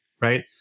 right